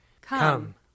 Come